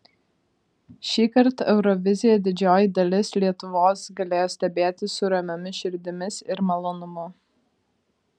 šįkart euroviziją didžioji dalis lietuvos galėjo stebėti su ramiomis širdimis ir malonumu